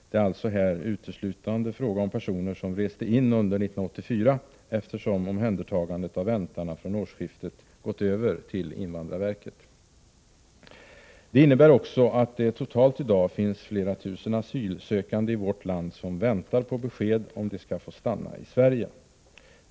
Det är alltså här uteslutande fråga om personer som reste in under 1984, eftersom omhändertagandet av ”väntarna” från årsskiftet övertagits av invandrarverket. Det innebär också att det i dag totalt sett finns flera tusen asylsökande i vårt land som väntar på besked om huruvida de skall få stanna i Sverige.